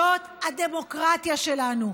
זאת הדמוקרטיה שלנו,